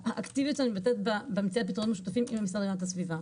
האקטיביות במציאת פתרונות משותפים היא בשיח עם המשרד להגנת הסביבה.